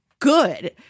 good